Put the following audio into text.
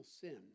sin